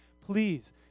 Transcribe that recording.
please